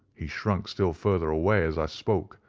he shrunk still further away as i spoke,